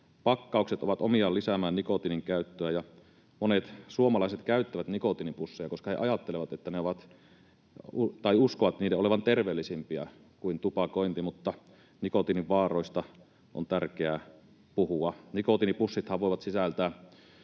pakkaukset ovat omiaan lisäämään nikotiinin käyttöä ja monet suomalaiset käyttävät nikotiinipusseja, koska he ajattelevat tai uskovat niiden olevan terveellisempiä kuin tupakointi. Mutta nikotiinin vaaroista on tärkeää puhua. Nikotiinipussithan voivat sisältää